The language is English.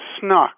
snuck